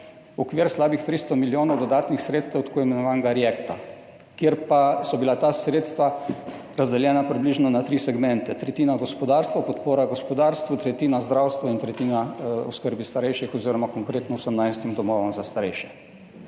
še okvir slabih 300 milijonov dodatnih sredstev tako imenovanega REACT-EU, kjer pa so bila ta sredstva razdeljena približno na tri segmente – tretjina podpori gospodarstvu, tretjina zdravstvu in tretjina oskrbi starejših oziroma konkretno 18 domovom za starejše.